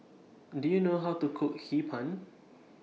Do YOU know How to Cook Hee Pan